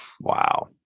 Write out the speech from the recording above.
Wow